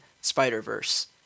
Spider-Verse